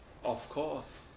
of course